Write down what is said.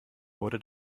wurde